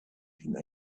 been